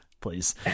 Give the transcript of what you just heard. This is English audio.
please